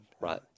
Right